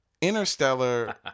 Interstellar